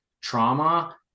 trauma